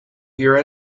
hear